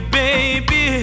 baby